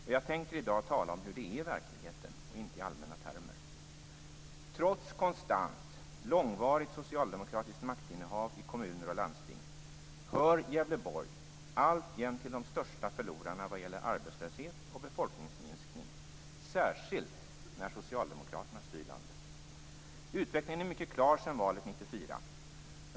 Och jag tänker i dag tala om hur det är i verkligheten och inte i allmänna termer. Trots långvarigt socialdemokratiskt maktinnehav i kommuner och landsting hör Gävleborg alltjämt till de största förlorarna vad gäller arbetslöshet och befolkningsminskning, särskilt när socialdemokraterna styr landet. Utvecklingen är mycket klar sedan valet 1994.